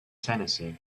tennessee